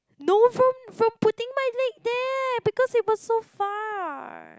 no from from putting my leg there because it was so far